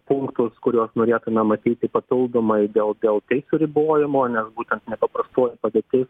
punktus kuriuos norėtumėm matyti papildomai dėl dėl teisių ribojimo nes būtent nepaprastoji padėtis